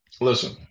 listen